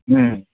ꯎꯝ